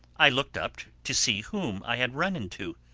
i looked up to see whom i had run into.